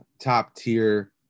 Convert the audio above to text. top-tier